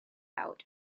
out